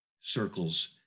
circles